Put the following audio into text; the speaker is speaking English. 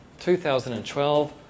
2012